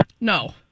No